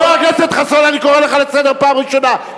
חבר הכנסת חסון, אני קורא אותך לסדר פעם ראשונה.